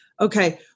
Okay